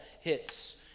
hits